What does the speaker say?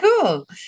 cool